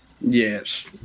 Yes